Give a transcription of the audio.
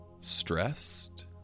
Stressed